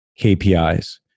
KPIs